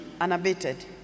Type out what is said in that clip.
unabated